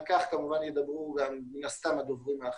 כך ידברו מן הסתם גם הדוברים האחרים.